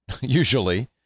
Usually